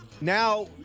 Now